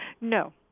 No